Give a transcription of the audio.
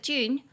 June